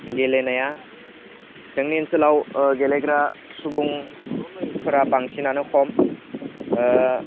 गेलेनाया जोंनि ओनसोलाव गेलेग्रा सुबुंफोरा बांसिनानो खम